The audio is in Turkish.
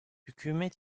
hükümet